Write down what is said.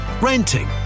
renting